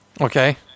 Okay